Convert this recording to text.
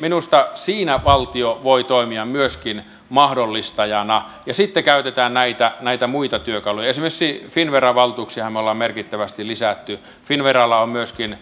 minusta siinä valtio voi toimia myöskin mahdollistajana ja sitten käytetään näitä näitä muita työkaluja esimerkiksi finnveran valtuuksiahan me olemme merkittävästi lisänneet finnveralla on myöskin